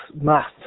math